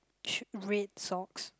sh~ red socks